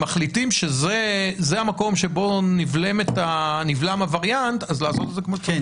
אם מחליטים שזה המקום שבו נבלם הווריאנט אז לעשות את זה כמו שצריך.